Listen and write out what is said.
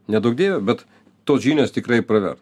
neduok dieve bet tos žinios tikrai pravers